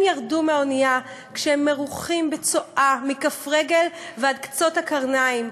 הם ירדו מהאונייה כשהם מרוחים בצואה מכף רגל ועד קצות הקרניים.